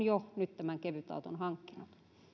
jo nyt kevytauton hankkineet